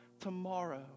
tomorrow